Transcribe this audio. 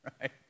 Right